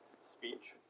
speech